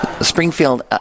Springfield